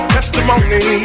testimony